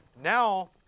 now